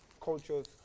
cultures